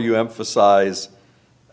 you emphasize